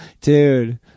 Dude